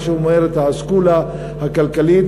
מה שאומרת האסכולה הכלכלית